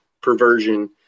perversion